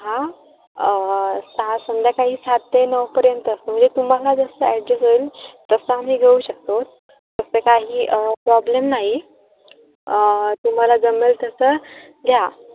हां सहा संध्याकाळी सात ते नऊपर्यंत असतो म्हणजे तुम्हाला जसं ॲडजस्ट होईल तसं आम्ही घेऊ शकतो तसं काही प्रॉब्लेम नाही तुम्हाला जमेल तसं घ्या